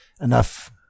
enough